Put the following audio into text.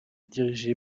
dirigée